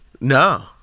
No